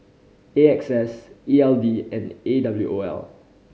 A X S E L D and A W O L